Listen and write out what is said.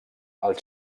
els